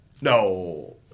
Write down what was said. No